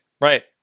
right